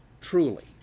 truly